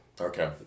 Okay